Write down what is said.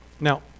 Now